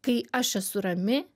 kai aš esu rami